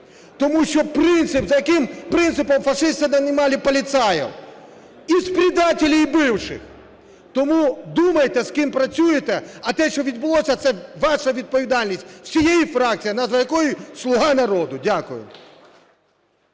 Тому що принцип, за яким принципом фашисты нанимали полицаев – из предателей бывших. Тому думайте, з ким працюєте. А те, що відбулося – це ваша відповідальність, всієї фракції, назва якої "Слуга народу". Дякую.